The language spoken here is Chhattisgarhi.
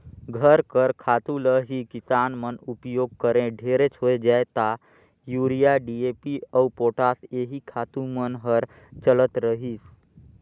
घर कर खातू ल ही किसान मन उपियोग करें ढेरेच होए जाए ता यूरिया, डी.ए.पी अउ पोटास एही खातू मन हर चलत रहिस